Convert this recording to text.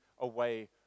away